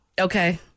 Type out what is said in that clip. Okay